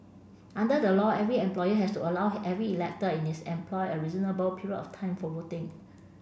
under the law every employer has to allow every elector in this employ a reasonable period of time for voting